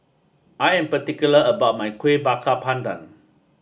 I am particular about my Kueh Bakar Pandan